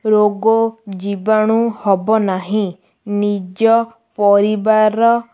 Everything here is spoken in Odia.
ରୋଗ ଜୀିବାଣୁ ହବ ନାହିଁ ନିଜ ପରିବାରର